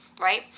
right